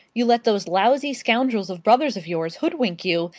you let those lazy scoundrels of brothers of yours hoodwink you,